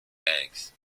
banks